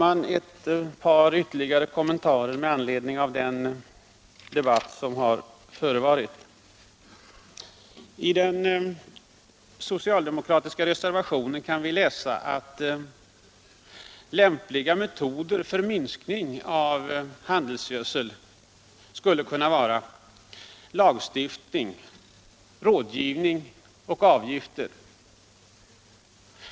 Jag vill göra ett par ytterligare kommentarer med anledning av den debatt som har förevarit. I den socialdemokratiska reservationen kan vi läsa att lämpliga metoder för att minska användningen av handelsgödsel skulle kunna vara lagstiftning, rådgivning och avgifter.